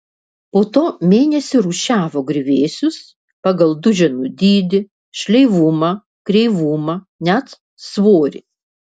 po to mėnesį rūšiavo griuvėsius pagal duženų dydį šleivumą kreivumą net svorį